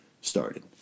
started